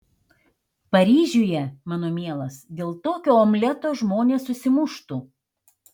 paryžiuje mano mielas dėl tokio omleto žmonės susimuštų